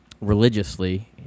religiously